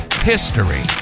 history